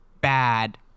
bad